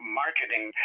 marketing